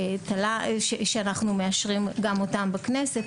רשות שאנחנו מאשרים גם אותם בכנסת,